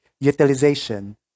utilization